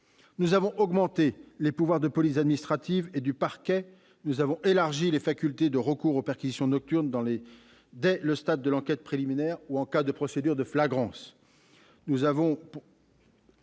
Nous avons augmenté les pouvoirs de police administrative et du parquet en élargissant les possibilités de perquisitions nocturnes dès le stade de l'enquête préliminaire ou en cas de procédure de flagrance.